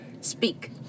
Speak